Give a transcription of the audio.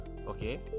Okay